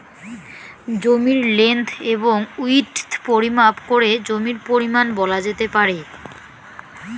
জমির লেন্থ এবং উইড্থ পরিমাপ করে জমির পরিমান বলা যেতে পারে